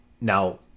Now